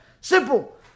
simple